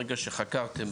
ברגע שחקרתם,